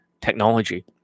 technology